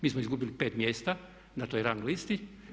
Mi smo izgubili 5 mjesta na toj rang listi.